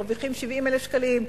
מרוויחים 70,000 שקלים,